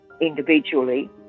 individually